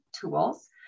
tools